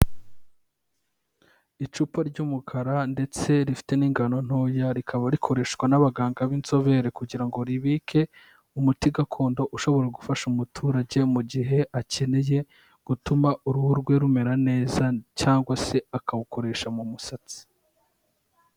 Icupa ry'umukara ndetse rifite n'ingano ntoya, rikaba rikoreshwa n'abaganga b'inzobere kugira ngo ribike umuti gakondo, ushobora gufasha umuturage mu gihe akeneye gutuma uruhu rwe rumera neza cyangwa se akawukoresha mu musatsi.